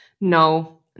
No